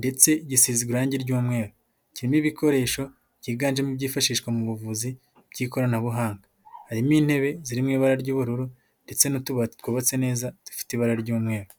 ndetse gisize irangi ry'umweru. Kirimo ibikoresho byiganjemo ibyifashishwa mu buvuzi bw'ikoranabuhanga, harimo intebe zirimo ibara ry'ubururu ndetse n'utubati twubatse neza dufite ibara ry'umweru.